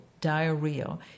diarrhea